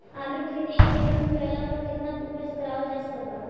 आलू के खेती एक एकड़ मे कैला पर केतना उपज कराल जा सकत बा?